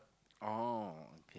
oh